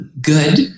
good